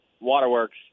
Waterworks